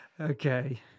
okay